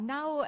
Now